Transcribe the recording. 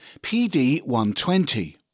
PD120